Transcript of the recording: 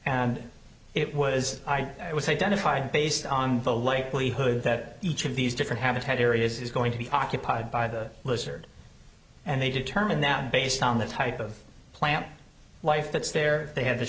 and it was it was identified based on the likelihood that each of these different habitat areas is going to be occupied by the lizard and they determined that based on the type of plant life that's there they have the